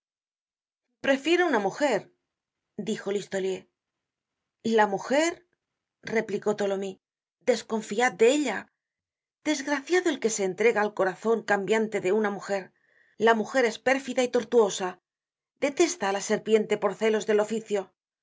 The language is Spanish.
prefiero una mujer dijo listolier la mujer replicó tholomyes desconfiad de ella desgraciado del que se entrega al corazon cambiante de una mujer la mujer es pérfida y tortuosa detesta á la serpiente por celos del oficio la